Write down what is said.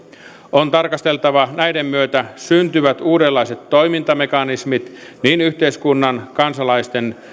on tarkasteltava näiden myötä syntyvät uudenlaiset toimintamekanismit niin yhteiskunnan kansalaisten